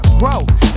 grow